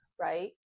right